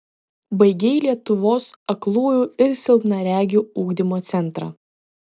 baigei lietuvos aklųjų ir silpnaregių ugdymo centrą